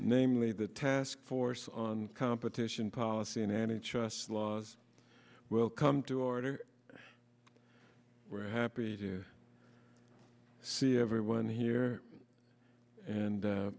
namely the task force on competition policy and any trust laws will come to order we're happy to see everyone here and